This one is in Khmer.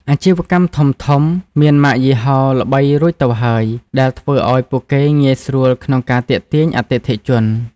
អាជីវកម្មធំៗមានម៉ាកយីហោល្បីរួចទៅហើយ ដែលធ្វើឱ្យពួកគេងាយស្រួលក្នុងការទាក់ទាញអតិថិជន។